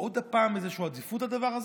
פעם איזושהי עדיפות לדבר הזה?